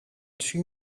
too